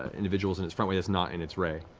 ah individuals in its front way that's not in its ray.